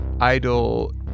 Idol